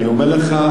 אני אומר לך,